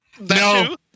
No